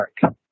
Park